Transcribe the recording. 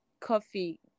coffee